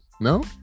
No